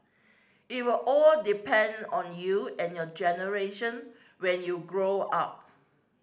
it will all depend on you and your generation when you grow up